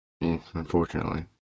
Unfortunately